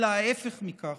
אלא ההפך מכך.